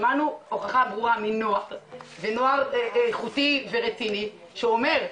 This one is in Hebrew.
שמענו הוכחה ברורה מנוער איכותי ורציני שאומר,